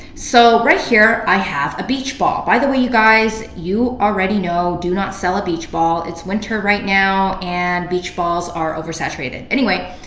so right here, i have a beach ball. by the way guys, you already know, do not sell a beach ball. it's winter right now and beach balls are over saturated. anyway,